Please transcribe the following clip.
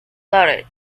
laureate